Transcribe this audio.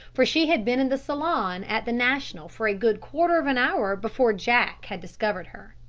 for she had been in the salon at the national for a good quarter of an hour before jack had discovered her.